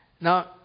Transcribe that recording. Now